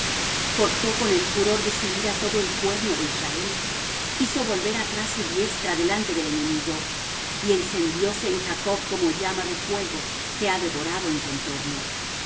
cortó con el furor de su ira todo el cuerno de israel hizo volver atrás su diestra delante del enemigo y encendióse en jacob como llama de fuego que ha devorado en contorno